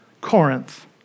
Corinth